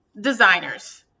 designers